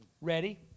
Ready